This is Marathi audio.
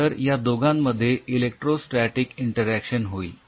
तर या दोघांमध्ये इलेक्ट्रो स्टॅटिक इन्टरएक्शन होईल